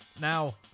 Now